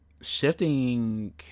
shifting